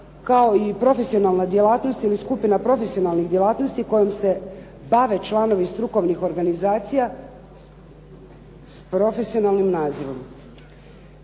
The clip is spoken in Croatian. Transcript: kao i profesionalna djelatnost ili skupina profesionalnih djelatnosti kojim se bave članovi strukovnih organizacija s profesionalnim nazivom.